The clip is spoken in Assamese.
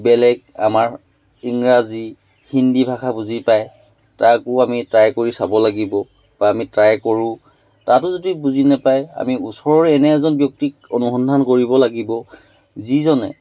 বেলেগ আমাৰ ইংৰাজী হিন্দী ভাষা বুজি পায় তাকো আমি ট্ৰাই কৰি চাব লাগিব বা আমি ট্ৰাই কৰোঁ তাতো যদি বুজি নাপায় আমি ওচৰৰে এনে এজন ব্যক্তিক অনুসন্ধান কৰিব লাগিব যিজনে